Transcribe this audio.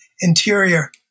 interior